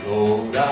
Lord